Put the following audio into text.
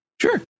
sure